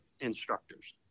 instructors